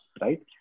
right